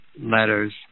letters